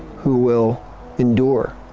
who will endure